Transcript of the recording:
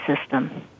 system